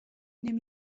نمی